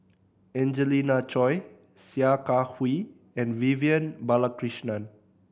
Angelina Choy Sia Kah Hui and Vivian Balakrishnan